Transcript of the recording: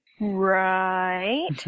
Right